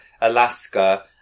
Alaska